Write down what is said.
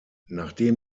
nachdem